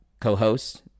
co-host